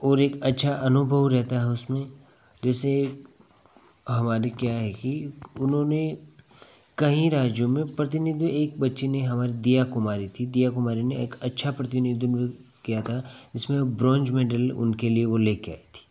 और एक अच्छा अनुभव रहता है उसमें जैसे हमारी क्या है कि उन्होंने कई राज्यों में प्रतिनिधित्व एक बच्ची ने हमारी दिया कुमारी थी दिया कुमारी ने एक अच्छा प्रतिनिधिन्व किया था जिसमें ब्रॉन्ज मेडल उनके लिए वे लेकर आई थीं